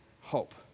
hope